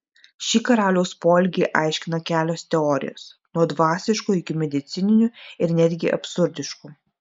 šį karaliaus poelgį aiškina kelios teorijos nuo dvasiškų iki medicininių ir netgi absurdiškų